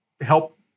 help